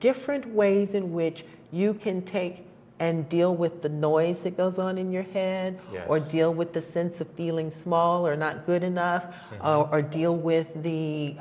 different ways in which you can take and deal with the noise that goes on in your head or deal with the sense of feeling small are not good enough or deal with the